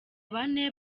bane